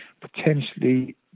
potentially